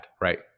Right